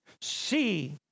see